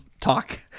talk